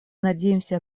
надеемся